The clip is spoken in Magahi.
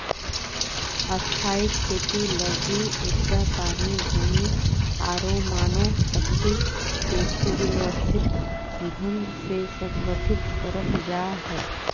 स्थायी खेती लगी ऊर्जा, पानी, भूमि आरो मानव शक्ति के सुव्यवस्थित ढंग से संगठित करल जा हय